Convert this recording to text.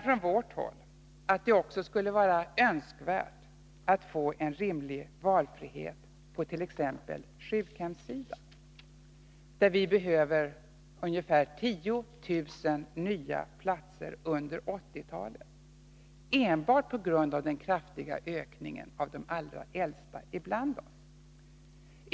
Från vårt håll menar vi att det också är önskvärt att få en rimlig valfrihet på t.ex. sjukhemssidan, där det behövs ungefär 10000 nya platser under 1980-talet, enbart på grund av den kraftiga ökningen när det gäller de allra äldsta ibland oss.